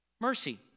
mercy